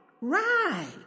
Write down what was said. Right